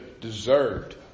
deserved